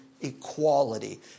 equality